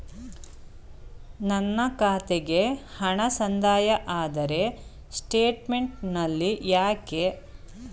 ನನ್ನ ಖಾತೆಗೆ ಹಣ ಸಂದಾಯ ಆದರೆ ಸ್ಟೇಟ್ಮೆಂಟ್ ನಲ್ಲಿ ಯಾಕೆ ತೋರಿಸುತ್ತಿಲ್ಲ?